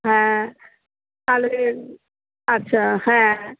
হ্যাঁ তাহলে আচ্ছা হ্যাঁ